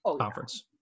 Conference